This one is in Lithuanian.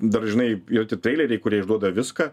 dar žinai yra tie treileriai kurie išduoda viską